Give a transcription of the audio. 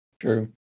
True